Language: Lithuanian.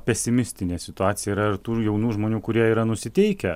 pesimistinė situacija yra ir tų jaunų žmonių kurie yra nusiteikę